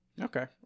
Okay